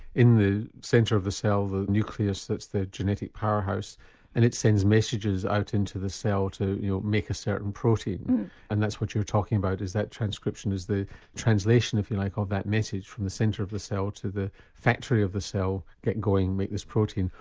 in the centre of the cell the nucleus that's the genetic powerhouse and it sends messages out into the cell to you know make a certain protein and that's what you're talking about, is that transcription is the translation if you like ah of that message from the centre of the cell to the factory of the cell get going, make this protein,